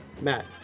Matt